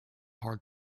hard